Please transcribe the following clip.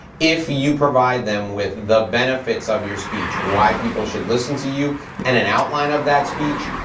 if you provide them with the benefits of your speech, why people should listen to you and an outline of that speech,